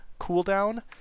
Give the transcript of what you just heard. cooldown